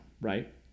right